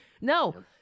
no